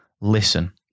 listen